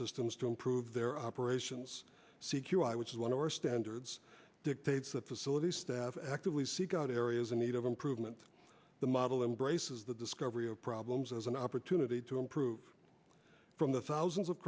systems to improve their operations c q i which is when our standards dictates that facilities staff actively seek out areas in need of improvement the model embraces the discovery of problems as an opportunity to improve from the thousands of